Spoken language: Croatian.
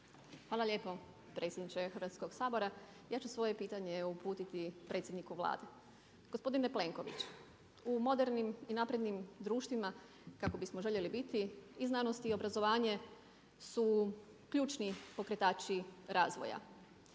Hvala lijepo predsjedniče Hrvatskoga sabora. Ja ću svoje pitanje uputiti predsjedniku Vlade. Gospodine Plenković, u modernim i naprednim društvima kako bismo željeli biti i znanost i obrazovanje su ključni pokretači razvoja.